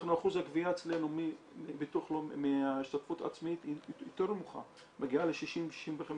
אחוז הגבייה אצלנו מההשתתפות עצמית היא יותר נמוכה מגיעה ל-65%-60%.